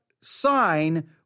sign